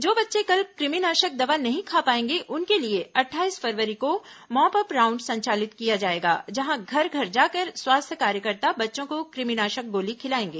जो बच्चे कल कृमिनाशक दवा नहीं खा पाएंगे उनके लिए अट्ठाईस फरवरी को मॉप अप राउंड संचालित किया जाएगा जहां घर घर जाकर स्वास्थ्य कार्यकर्ता बच्चों को कृमिनाशक गोली खिलाएंगे